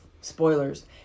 Spoilers